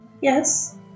Yes